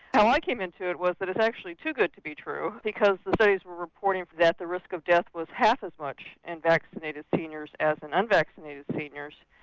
how i came into it was that it's actually too good to be true because the studies were reporting that the risk of death was half as much in vaccinated seniors as in non-vaccinated seniors.